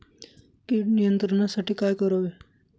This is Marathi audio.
कीड नियंत्रणासाठी काय करावे?